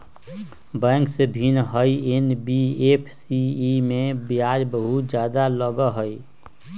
Bank से भिन्न हई एन.बी.एफ.सी इमे ब्याज बहुत ज्यादा लगहई?